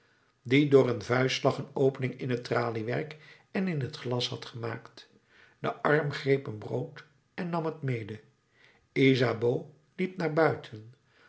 die door een vuistslag een opening in het traliewerk en in het glas had gemaakt de arm greep een brood en nam het mede isabeau liep naar buiten